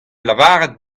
lavaret